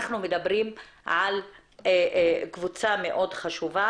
אנחנו מדברים על קבוצה מאוד חשובה.